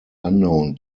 unknown